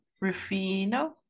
Rufino